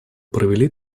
провели